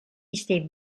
iste